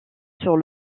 sur